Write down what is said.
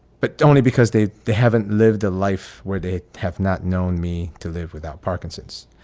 but only because they they haven't lived a life where they have not known me to live without parkinson's.